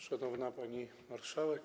Szanowna Pani Marszałek!